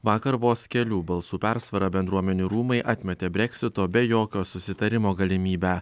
vakar vos kelių balsų persvarą bendruomenių rūmai atmetė breksito be jokio susitarimo galimybę